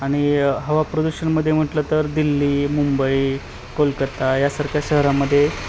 आणि हवा प्रदूषणामध्ये म्हटलं तर दिल्ली मुंबई कोलकत्ता यासारख्या शहरामध्ये